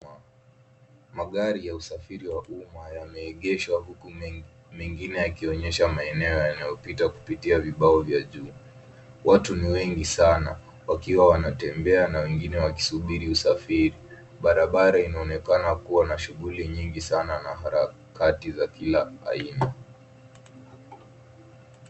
Magari ya usafiri wa umma yameegeshwa huku mengine yakionyesha maeneo yanayopita kupitia vibao vya juu. Watu ni wengi sana, wakiwa wanatembea na wengine wakisubiri usafiri. Barabara inaonekana kuwa na shughuli nyingi sana na harakati za kila aina.